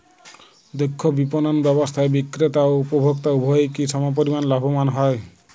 দক্ষ বিপণন ব্যবস্থায় বিক্রেতা ও উপভোক্ত উভয়ই কি সমপরিমাণ লাভবান হয়?